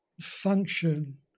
function